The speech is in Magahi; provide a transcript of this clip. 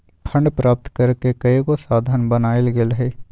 फंड प्राप्त करेके कयगो साधन बनाएल गेल हइ